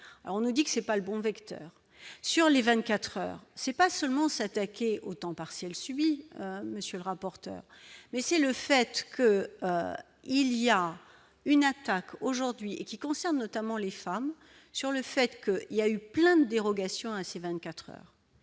on nous dit que c'est pas le bon vecteur sur les 24 heures c'est pas seulement s'attaquer au temps partiels subis monsieur le rapporteur, mais c'est le fait qu'il y a une attaque aujourd'hui et qui concerne notamment les femmes, sur le fait qu'il y a eu plein dérogation ainsi 24 heures